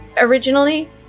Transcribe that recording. Originally